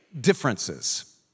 differences